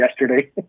yesterday